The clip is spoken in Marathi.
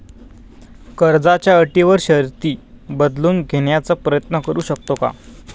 कर्जाच्या अटी व शर्ती बदलून घेण्याचा प्रयत्न करू शकतो का?